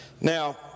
Now